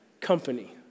company